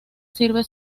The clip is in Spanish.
sirve